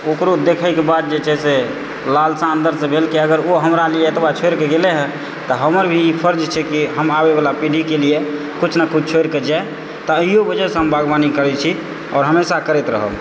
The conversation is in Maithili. ओकरो देखैके बाद जे छै से लालसा अन्दरसँ भेल कि अगर ओ हमरा लिअऽ एतबा छोड़ि गेलै हँ तऽ हमर भी ई फर्ज छै कि हम आबै वाला पीढ़ीके लिअऽ किछु ने किछु छोड़ि कऽ जाय तऽ इहो वजहसँ हम बागवानी करैत छी आओर हमेशा करैत रहब